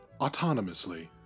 autonomously